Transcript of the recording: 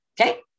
okay